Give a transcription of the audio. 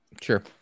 sure